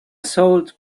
sold